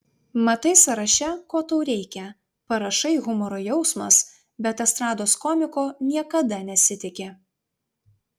matai sąraše ko tau reikia parašai humoro jausmas bet estrados komiko niekada nesitiki